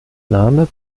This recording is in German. name